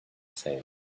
sale